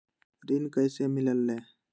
ऋण कईसे मिलल ले?